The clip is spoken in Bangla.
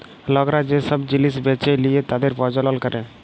লকরা যে সব জিলিস বেঁচে লিয়ে তাদের প্রজ্বলল ক্যরে